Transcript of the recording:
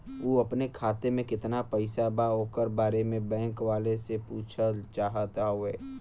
उ अपने खाते में कितना पैसा बा ओकरा बारे में बैंक वालें से पुछल चाहत हवे?